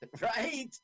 right